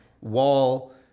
wall